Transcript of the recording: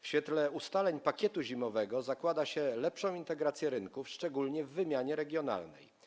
W świetle ustaleń pakietu zimowego zakłada się lepszą integrację rynków, szczególnie w wymianie regionalnej.